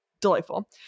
delightful